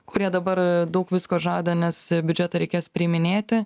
kurie dabar daug visko žada nes biudžetą reikės priiminėti